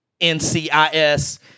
NCIS